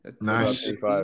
nice